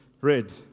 read